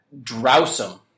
Drowsome